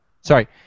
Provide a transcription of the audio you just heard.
Sorry